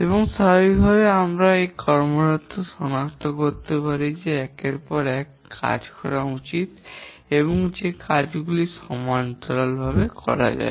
এবং স্বাভাবিকভাবেই এখানে আমরা ক্রমগুলি সনাক্ত করতে পারি যে কোন কাজগুলি একের পর এক করা উচিত এবং কোন কার্যগুলি সমান্তরালভাবে করা যায়